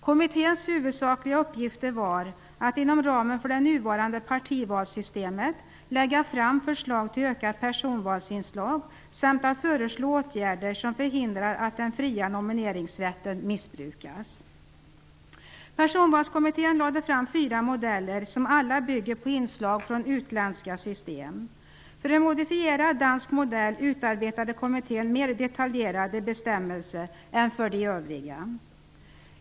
Kommitténs huvudsakliga uppgifter var att, inom ramen för det nuvarande partivalssystemet, lägga fram förslag till ökat personvalsinslag samt att föreslå åtgärder som förhindrar att den fria nomineringsrätten missbrukas. Personvalskommittén lade fram fyra modeller, som alla bygger på inslag från utländska system. För en modifierad dansk modell utarbetade kommittén mer detaljerade bestämmelser än för de övriga.